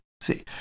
see